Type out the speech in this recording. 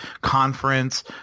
conference